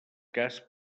cas